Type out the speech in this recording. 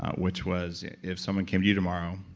ah which was, if someone came to you tomorrow,